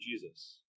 Jesus